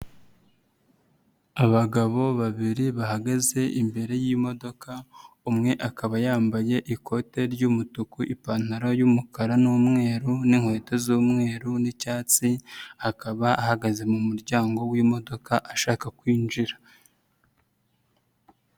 Abagabo babiri bahagaze imbere y'imodoka umwe akaba yambaye ikote ry'umutuku, ipantaro y'umukara n'umweru n'inkweto z'umweru n'icyatsi akaba ahagaze mu muryango w'imodoka ashaka kwinjira.